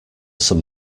some